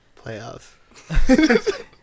Playoffs